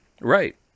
Right